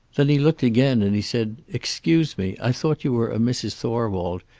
then he looked again, and he said, excuse me, i thought you were a mrs. thorwald,